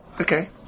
Okay